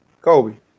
Kobe